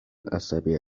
عصبی